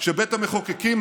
שבית המחוקקים,